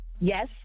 Yes